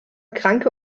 kranke